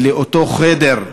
ולאותו חדר,